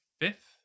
fifth